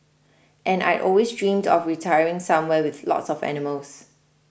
and I'd always dreamed of retiring somewhere with lots of animals